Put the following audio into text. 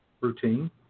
routine